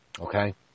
Okay